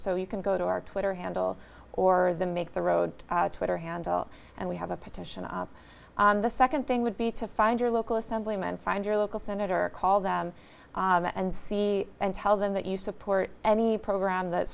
so you can go to our twitter handle or the make the road twitter handle and we have a pittance the second thing would be to find your local assemblyman find your local senator call them and see and tell them that you support any program that